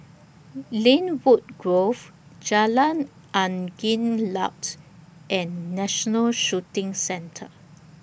Lynwood Grove Jalan Angin Laut and National Shooting Centre